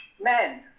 Men